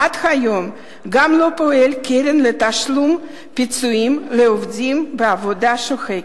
עד היום גם לא פועלת קרן לתשלום פיצויים לעובדים בעבודה שוחקת.